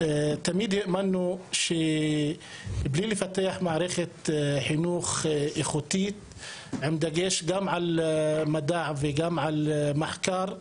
תמיד האמנו שבלי לפתח מערכת חינוך איכותית עם דגש על מדע ומחקר,